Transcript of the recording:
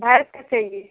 भैंस का चाहिए